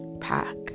pack